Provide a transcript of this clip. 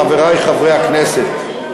חברי חברי הכנסת,